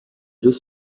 deux